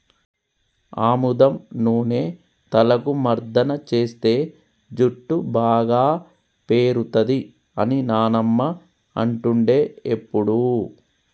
ఆముదం నూనె తలకు మర్దన చేస్తే జుట్టు బాగా పేరుతది అని నానమ్మ అంటుండే ఎప్పుడు